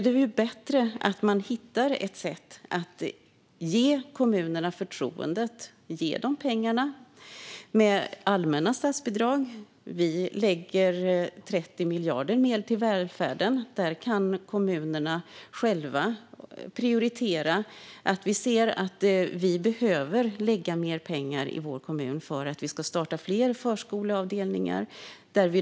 Det är bättre att man hittar ett sätt att ge kommunerna förtroendet och att ge dem pengarna med allmänna statsbidrag. Vi lägger 30 miljarder mer till välfärden. Där kan kommunerna själva prioritera - en kommun kanske ser att kommunen behöver lägga mer pengar på att starta fler förskoleavdelningar.